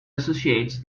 associates